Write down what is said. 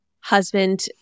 husband